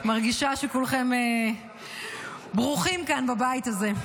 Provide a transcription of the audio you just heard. אני מרגישה שכולכם ברוכים כאן בבית הזה.